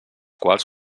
quals